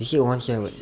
you said one swear word